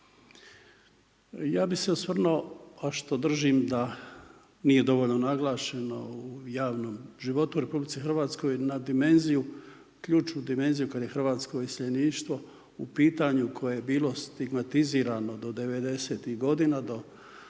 Ja bih se osvrnuo, a što držim da nije dovoljno naglašeno u javnom životu u Republici Hrvatskoj na dimenziju ključnu dimenziju kada je hrvatsko iseljeništvo u pitanju koje je bilo stigmatizirano do 90-tih godina do